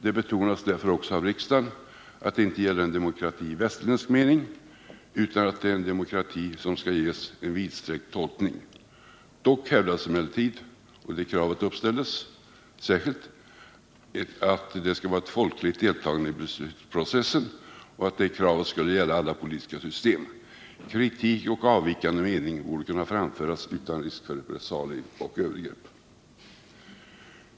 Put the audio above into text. Det betonades därför av riksdagen att det inte gäller en demokrati i västerländsk mening utan att demokratibegreppet skall ges en vidsträckt tolkning. Dock hävdades — och det kravet uppställdes särskilt — att det skall vara ett folkligt deltagande i beslutsprocessen och att det kravet skall gälla alla politiska system. Kritik och avvikande mening bör kunna framföras utan risk för repressalier och övergrepp.